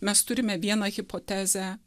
mes turime vieną hipotezę